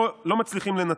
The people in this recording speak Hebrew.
לא מצליחים לנצח.